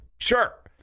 sure